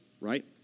right